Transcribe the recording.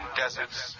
deserts